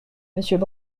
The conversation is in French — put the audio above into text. monsieur